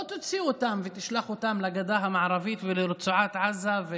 לא תוציא אותן ותשלח אותן לגדה המערבית ולרצועת עזה.